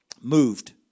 moved